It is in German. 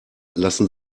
lassen